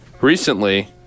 Recently